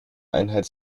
einheit